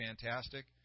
fantastic